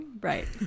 right